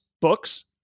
books